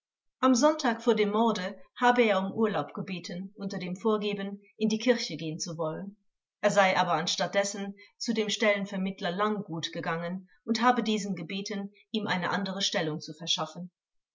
am sonntag vor dem morde habe er um urlaub gebeten unter dem vorgeben in die kirche gehen zu wollen er sei aber anstatt dessen zu dem stellenvermittler langguth gegangen und habe diesen gebeten ihm eine andere stellung zu verschaffen